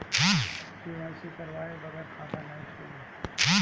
KYC करवाये बगैर खाता नाही खुली?